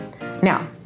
Now